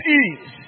ease